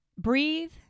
Breathe